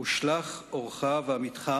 "ושלח אורך ואמיתך